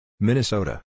Minnesota